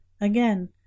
again